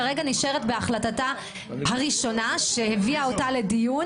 כרגע נשארת בהחלטתה הראשונה שהביאה אותה לדיון